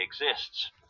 exists